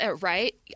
right